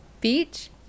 Beach